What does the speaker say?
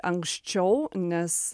anksčiau nes